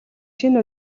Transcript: шинэ